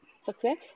success